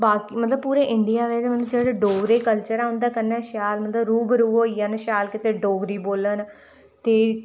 बा मतलब पूरी इंडिया बिच्च जेह्ड़े डोगरे कल्चर ऐ उंदे कन्ने शैल मतलब रूबरू होई जान शैल कीते डोगरी बोलन ते